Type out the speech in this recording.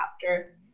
chapter